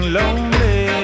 lonely